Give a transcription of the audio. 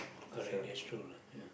correct that's true you know ya